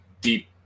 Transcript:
deep